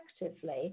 effectively